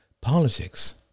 Politics